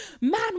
man